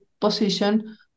position